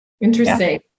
Interesting